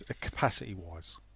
capacity-wise